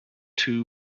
two